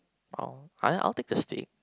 oh I I'll take the steak